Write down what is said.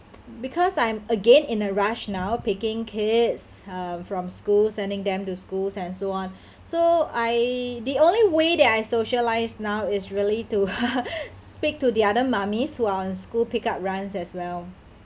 because I'm again in a rush now picking kids uh from school sending them to schools and so on so I the only way that I socialise now is really to speak to the other mummies who are on school pickup runs as well